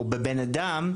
או בבן אדם,